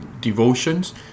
devotions